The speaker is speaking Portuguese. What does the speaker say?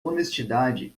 honestidade